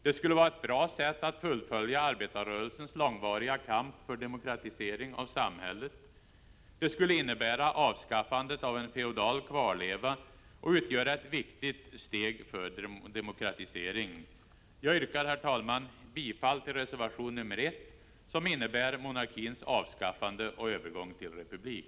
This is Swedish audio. Det skulle vara ett bra sätt att fullfölja arbetarrörelsens långvariga kamp för demokratisering av samhället. Det skulle innebära avskaffande av en feodal kvarleva och utgöra ett viktigt steg för demokratisering. Herr talman! Jag yrkar bifall till reservation nr 1, som innebär monarkins avskaffande och övergång till republik.